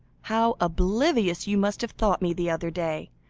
how oblivious you must have thought me the other day!